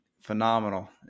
phenomenal